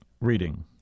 reading